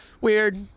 weird